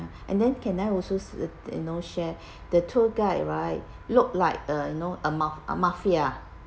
and then can I also uh you know share the tour guide right looked like a you know a ma~ a mafia